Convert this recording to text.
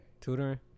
Tutoring